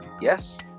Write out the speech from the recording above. Yes